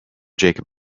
jacob